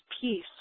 peace